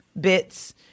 bits